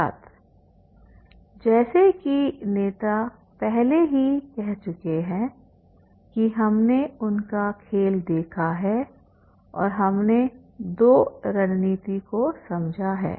छात्र जैसा कि नेता पहले ही कह चुके हैं कि हमने उनका खेल देखा है और हमने 2 रणनीति को समझा है